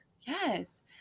Yes